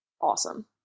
awesome